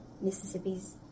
Mississippi's